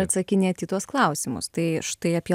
atsakinėt į tuos klausimus tai štai apie